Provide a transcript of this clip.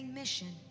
mission